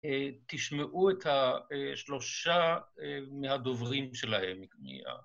תשמעו את שלושה מהדוברים שלהם מפנייה.